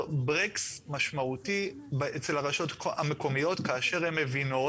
ברקס משמעותי אצל הרשויות המקומיות כאשר הן מבינות